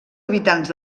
habitants